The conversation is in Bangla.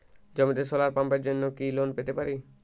জমিতে সোলার পাম্পের জন্য কি লোন পেতে পারি?